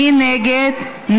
מי נגד?